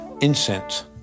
incense